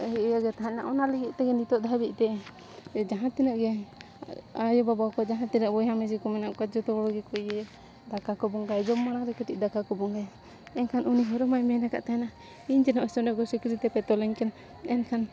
ᱤᱭᱟᱹ ᱜᱮ ᱛᱟᱦᱮᱸᱞᱮᱱᱟ ᱚᱱᱟ ᱞᱟᱹᱜᱤᱫ ᱛᱮᱜᱮ ᱱᱤᱛᱳᱜ ᱫᱷᱟᱹᱵᱤᱡ ᱛᱮ ᱡᱟᱦᱟᱸ ᱛᱤᱱᱟᱹᱜ ᱜᱮ ᱟᱭᱳᱼᱵᱟᱵᱟ ᱠᱚ ᱡᱟᱦᱟᱸ ᱛᱤᱱᱟᱹᱜ ᱵᱚᱭᱦᱟ ᱢᱤᱥᱤ ᱠᱚ ᱢᱮᱱᱟᱜ ᱠᱚᱣᱟ ᱡᱷᱚᱛᱚ ᱦᱚᱲ ᱜᱮᱠᱚ ᱤᱭᱟᱹᱭᱟ ᱫᱟᱠᱟ ᱠᱚ ᱵᱚᱸᱜᱟᱭᱟ ᱡᱚᱢ ᱢᱟᱲᱟᱝ ᱨᱮ ᱠᱟᱹᱴᱤᱡ ᱫᱟᱠᱟ ᱠᱚ ᱵᱚᱸᱜᱟᱭᱟ ᱮᱱᱠᱷᱟᱱ ᱩᱱᱤ ᱦᱚᱨᱚᱢᱟᱭ ᱢᱮᱱ ᱟᱠᱟᱫ ᱛᱟᱦᱮᱱᱟ ᱤᱧ ᱡᱮ ᱱᱚᱜᱼᱚᱭ ᱥᱚᱱᱮᱜᱚᱲ ᱥᱤᱠᱲᱤᱛᱮ ᱯᱮ ᱛᱚᱞᱤᱧ ᱠᱟᱱᱟ ᱮᱱᱠᱷᱟᱱ